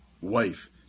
wife